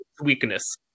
weakness